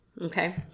okay